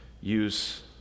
use